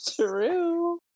True